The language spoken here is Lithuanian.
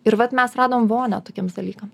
ir vat mes radom vonią tokiems dalykams